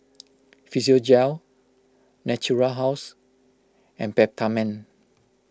Physiogel Natura House and Peptamen